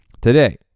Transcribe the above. today